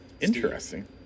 Interesting